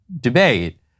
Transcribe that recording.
debate